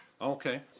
Okay